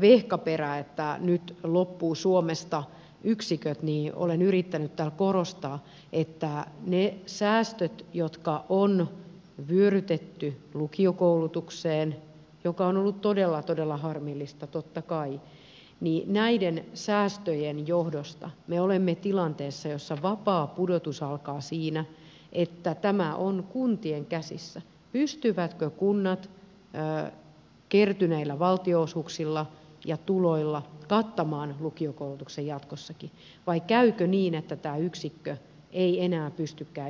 vehkaperä että nyt loppuvat suomesta yksiköt olen yrittänyt täällä korostaa että niiden säästöjen jotka on vyörytetty lukiokoulutukseen mikä on ollut todella todella harmillista totta kai johdosta me olemme tilanteessa jossa vapaa pudotus alkaa siinä että tämä on kuntien käsissä pystyvätkö kunnat kertyneillä valtion osuuksilla ja tuloilla kattamaan lukiokoulutuksen jatkossakin vai käykö niin että tämä yksikkö ei enää pystykään jatkamaan tietään